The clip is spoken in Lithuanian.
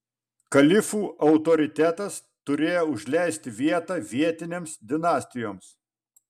kalifų autoritetas turėjo užleisti vietą vietinėms dinastijoms